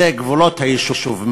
זה גבולות היישוב.